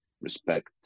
respect